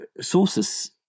sources